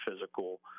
physical